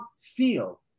feel